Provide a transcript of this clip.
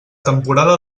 temporada